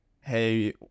hey